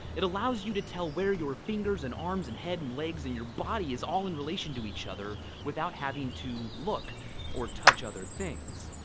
it allows you to tell where your fingers and arms and head and legs in your body is all in relation to each other without having to look or touch other things.